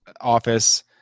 office